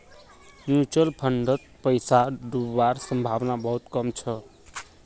mutual फंडत पैसा डूबवार संभावना बहुत कम छ